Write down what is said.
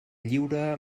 lliure